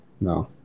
No